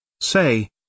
Say